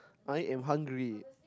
I am hungry